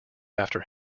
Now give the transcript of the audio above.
after